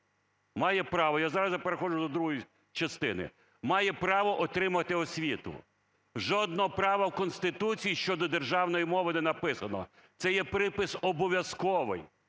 має право, я зразу переходжу до другої частини, має право отримати освіту. Жодного права в Конституції щодо державної мови не написано, це є припис обов'язковий.